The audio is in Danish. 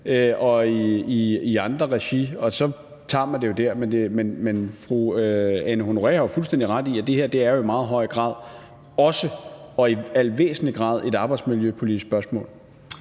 i andre regi, og så tager man det jo dér. Men fru Anne Honoré Østergaard har jo fuldstændig ret i, at det her i meget høj grad og i al væsentlig grad også er et arbejdsmiljøpolitisk spørgsmål.